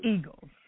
Eagles